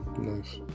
Nice